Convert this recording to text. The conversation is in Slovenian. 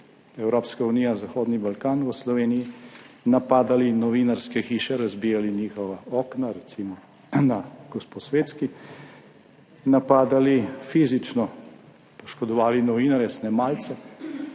Evropska unija–Zahodni Balkan v Sloveniji, napadali novinarske hiše, razbijali njihova okna, recimo na Gosposvetski, napadali, fizično poškodovali novinarje, snemalce,